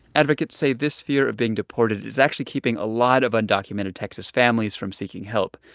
advocates say this fear of being deported is actually keeping a lot of undocumented texas families from seeking help.